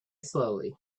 slowly